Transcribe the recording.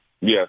Yes